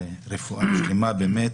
רפואה שלמה באמת,